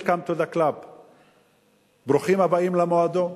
Welcome to the club, ברוכים הבאים למועדון.